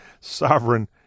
sovereign